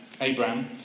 Abraham